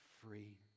free